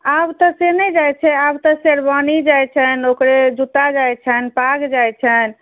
आब तऽ से नहि जाइत छै आब तऽ सेरवानी जाइत छनि ओकरे जुता जाइत छनि पाग जाइत छनि